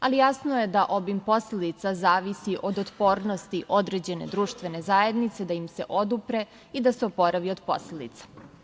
Jasno je da obim posledica zavisi od otpornosti određene društvene zajednice da im se odupre i da se oporavi od posledica.